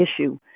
issue